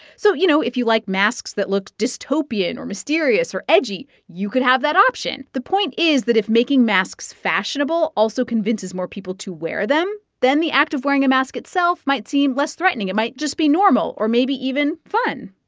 so, you know, if you like masks that looks dystopian or mysterious or edgy, you could have that option. the point is that if making masks fashionable also convinces more people to wear them, then the act of wearing a mask itself might seem less threatening. it might just be normal or maybe even fun,